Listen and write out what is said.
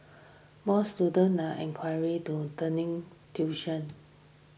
more inquire to turning tuition